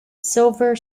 silver